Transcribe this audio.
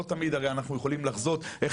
הרי לא תמיד אנחנו יכולים לחזות איך